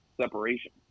separation